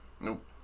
Nope